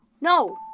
No